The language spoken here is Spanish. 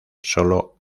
solo